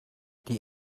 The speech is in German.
die